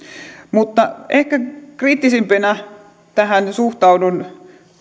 mutta ehkä kriittisimpänä suhtaudun